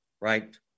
right